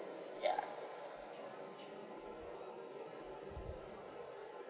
yeah